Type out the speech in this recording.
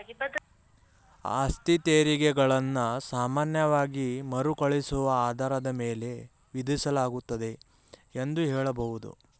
ಆಸ್ತಿತೆರಿಗೆ ಗಳನ್ನ ಸಾಮಾನ್ಯವಾಗಿ ಮರುಕಳಿಸುವ ಆಧಾರದ ಮೇಲೆ ವಿಧಿಸಲಾಗುತ್ತೆ ಎಂದು ಹೇಳಬಹುದು